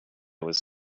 was